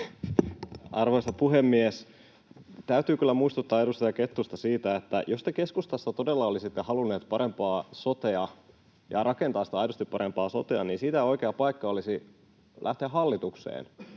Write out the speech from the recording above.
Arvoisa puhemies! Täytyy kyllä muistuttaa edustaja Kettusta siitä, että jos te keskustassa todella olisitte halunneet parempaa sotea ja rakentaa sitä aidosti parempaa sotea, niin oikea paikka olisi ollut lähteä hallitukseen